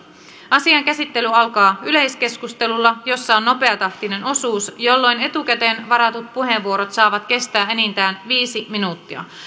asian käsittely alkaa yleiskeskustelulla jossa on nopeatahtinen osuus jolloin etukäteen varatut puheenvuorot saavat kestää enintään viisi minuuttia